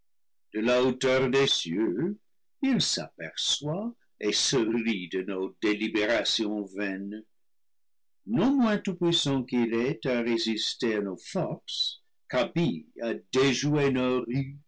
de la hauteur des cieux il s'aperçoit et se rit de nos délibérations vaines non moins tout-puissant qu'il est à résister à nos forces qu'habile à déjouer